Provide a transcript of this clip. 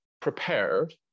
prepared